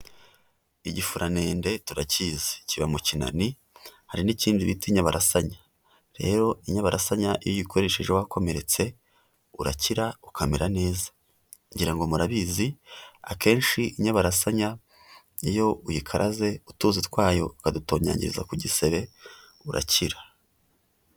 Igifuranende turakizi kiba mu kinani, hari n'ikindi bita inyabarasanya. Rero inyabarasanya iyo uyikoresheje wakomeretse, urakira ukamera neza. Ngira ngo murabizi akenshi inyabarasanya iyo uyikaraze utuzi twayo ukadutonyangiriza ku gisebe urakira.